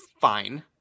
fine